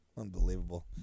Unbelievable